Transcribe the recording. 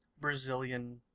Brazilian